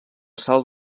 salt